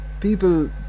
people